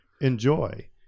enjoy